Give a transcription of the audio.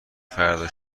فردا